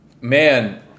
man